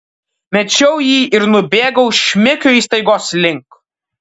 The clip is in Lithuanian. mečiau jį ir nubėgau šmikio įstaigos link